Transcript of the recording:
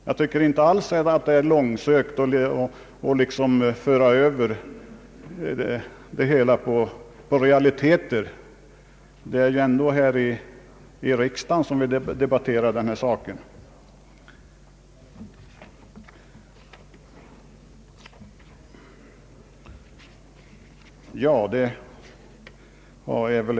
Jag tycker inte alls att det är långsökt att föra över det hela på realiteter. Det är ändå här i riksdagen som vi debatterar den här saken.